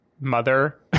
mother